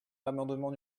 l’amendement